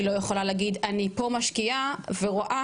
היא לא יכולה להגיד אני פה משקיעה ורואה